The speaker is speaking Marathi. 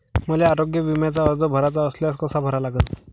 मले आरोग्य बिम्याचा अर्ज भराचा असल्यास कसा भरा लागन?